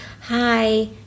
hi